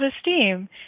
esteem